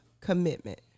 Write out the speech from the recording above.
Commitment